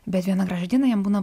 bet vieną gražią dieną jam būna